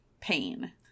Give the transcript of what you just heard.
pain